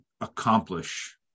accomplish